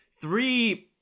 three